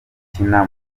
ukina